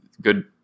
good